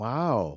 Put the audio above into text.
Wow